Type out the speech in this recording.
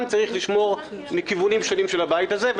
צריכים לשמור מכיוונים שונים של הבית הזה.